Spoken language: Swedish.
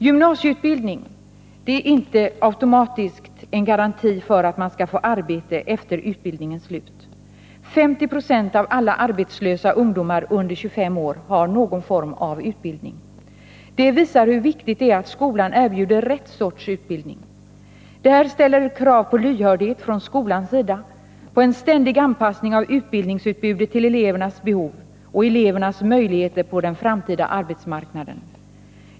Gymnasieutbildning är inte automatiskt en garanti för att man skall få arbete efter utbildningens slut. 50 96 av alla arbetslösa ungdomar under 25 år har någon form av utbildning. Det visar hur viktigt det är att skolan erbjuder rätt sorts utbildning. Det här ställer krav på lyhördhet från skolans sida, på en ständig anpassning av utbildningsutbudet till elevernas behov och elevernas möjligheter på den framtida arbetsmarknaden.